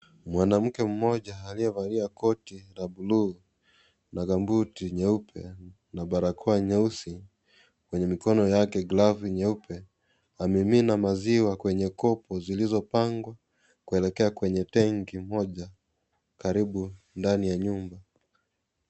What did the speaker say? Mwanamke mmoja aliyevalia koti la bluu na gambuti nyeupe na barakoa nyeusi, kwenye mikono yake glavu nyeupe, amimina maziwa kwenye kopo zilizopangwa kuelekea kwenye tenki moja karibu ndani ya nyumba.